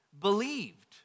believed